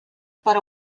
para